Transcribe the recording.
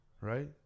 right